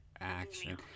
action